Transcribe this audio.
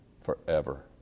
forever